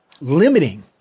limiting